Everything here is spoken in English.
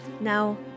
Now